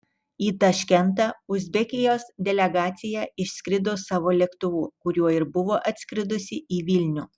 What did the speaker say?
į taškentą uzbekijos delegacija išskrido savo lėktuvu kuriuo ir buvo atskridusi į vilnių